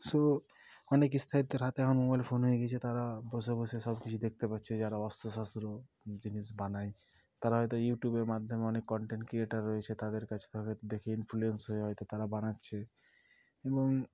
so অনেক স্থায়ীত্বের হাতে এখন মোবাইল ফোন হয়ে গিয়েছে তারা বসে বসে সব কিছু দেখতে পাচ্ছে যারা অস্ত্রশস্ত্র জিনিস বানায় তারা হয়তো ইউটিউবের মাধ্যমে অনেক কনটেন্ট ক্রিয়েটর রয়েছে তাদের কাছ তাদের দেখে ইনফ্লুয়েন্স হয়ে হয়তো তারা বানাচ্ছে এবং